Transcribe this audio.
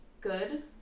good